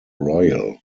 royal